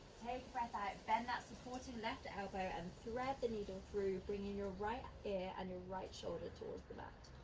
take a breath out, bend that supporting left elbow and thread the needle through bringing your right ear and your right shoulder towards the mat.